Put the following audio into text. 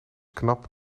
knap